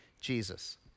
Jesus